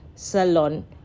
salon